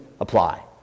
apply